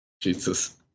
Jesus